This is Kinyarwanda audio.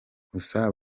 gusa